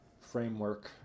framework